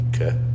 okay